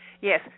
Yes